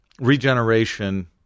regeneration